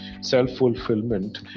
self-fulfillment